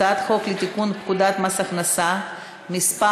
הצעת חוק לתיקון פקודת מס הכנסה (מס'